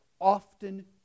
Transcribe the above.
often